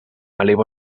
eleva